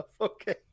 Okay